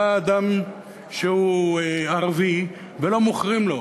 בא אדם שהוא ערבי ולא מוכרים לו.